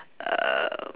erm